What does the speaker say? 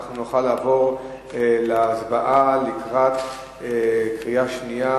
אנחנו נוכל לעבור להצבעה בקריאה שנייה